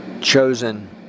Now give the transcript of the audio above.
chosen